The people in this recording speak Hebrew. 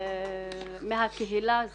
מהקהילה,